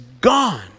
gone